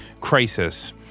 crisis